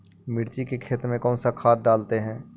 मिर्ची के खेत में कौन सा खाद डालते हैं?